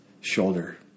Shoulder